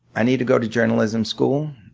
i needed to go to journalism school.